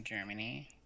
Germany